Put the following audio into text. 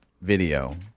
video